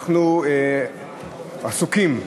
אנחנו עוסקים,